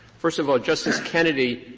first of all, justice kennedy,